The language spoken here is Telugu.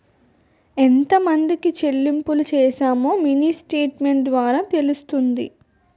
ఎంతమందికి చెల్లింపులు చేశామో మినీ స్టేట్మెంట్ ద్వారా తెలుస్తుంది